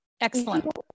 Excellent